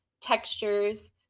textures